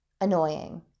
annoying